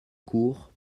cours